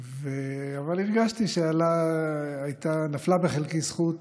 אבל הרגשתי שנפלה בחלקי הזכות